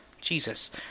Jesus